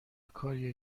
کاریه